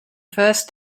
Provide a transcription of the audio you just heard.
first